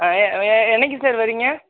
ஆ என்னைக்கி சார் வர்றீங்க